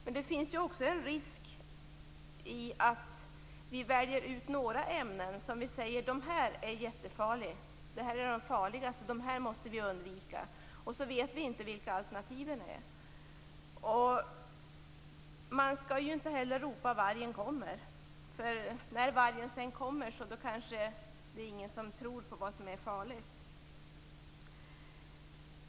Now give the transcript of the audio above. Men det finns också en risk i att vi väljer ut några ämnen som vi säger är farligast och som måste undvikas, samtidigt som vi inte vet vilka alternativen är. Man skall inte ropa "Vargen kommer!" När vargen sedan kommer tror kanske ingen att den är farlig.